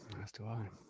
as do i.